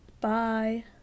Bye